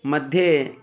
मध्ये